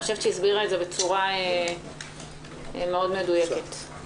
אני חושבת שהיא הסבירה את זה בצורה מדויקת מאוד.